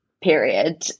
period